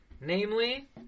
Namely